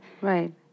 right